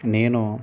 నేను